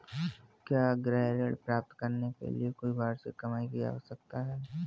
क्या गृह ऋण प्राप्त करने के लिए कोई वार्षिक कमाई की आवश्यकता है?